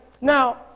Now